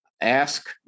ask